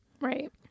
right